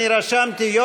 אני רשמתי.